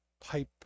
pipe